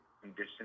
Condition